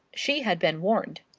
she had been warned.